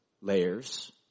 layers